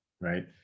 right